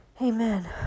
Amen